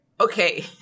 Okay